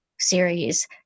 series